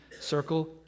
circle